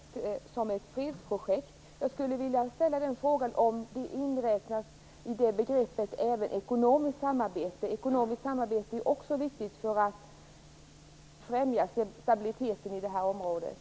Fru talman! Jag vill fråga utrikesministern om Barentsrådet. Utrikesministern har valt att se samarbetet som ett fredsprojekt. Jag vill fråga om det i detta begrepp inräknas även ekonomiskt samarbete. Det är också viktigt för att främja stabiliteten i området.